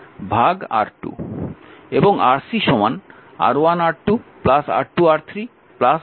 এবং Rc R1R2 R2R3 R3R1 R3